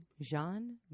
Jean